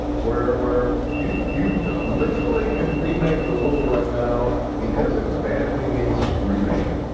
where where you you literally can remake the world right now because it badly needs remaking.